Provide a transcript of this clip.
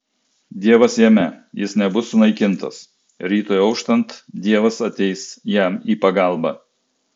dievas jame jis nebus sunaikintas rytui auštant dievas ateis jam į pagalbą